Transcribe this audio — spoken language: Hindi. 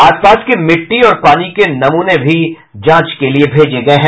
आस पास के मिट्टी और पानी के नमूने भी जांच के लिए भेजे गये हैं